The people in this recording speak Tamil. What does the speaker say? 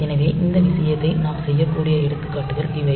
எனவே இந்த விஷயத்தை நாம் செய்யக்கூடிய எடுத்துக்காட்டுகள் இவை